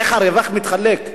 איך הרווח מתחלק?